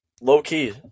low-key